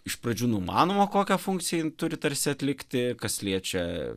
iš pradžių numanoma kokią funkciją jinai turi tarsi atlikti kas liečia